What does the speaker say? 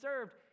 served